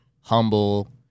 humble